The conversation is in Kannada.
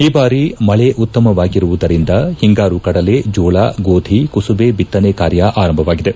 ಈ ಬಾರಿ ಮಳೆ ಉತ್ತಮವಾಗಿರುವುದರಿಂದ ಹಿಂಗಾರು ಕಡಲೆ ಜೋಳ ಗೋಧಿ ಕುಸುಬಿ ಬಿತ್ತನೆ ಕಾರ್ಯ ಆರಂಭವಾಗಿದೆ